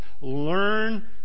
learn